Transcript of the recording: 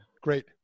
Great